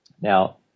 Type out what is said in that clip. Now